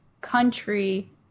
country